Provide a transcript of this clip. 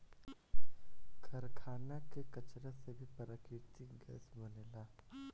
कारखाना के कचरा से भी प्राकृतिक गैस बनेला